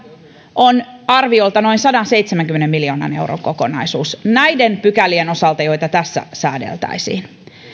on arviolta noin sadanseitsemänkymmenen miljoonan euron kokonaisuus näiden pykälien osalta joita tässä säädettäisiin